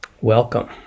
welcome